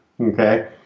Okay